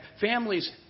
families